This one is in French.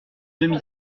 demi